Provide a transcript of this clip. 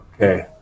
Okay